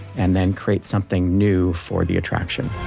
and then create something new for the attraction.